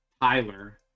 Tyler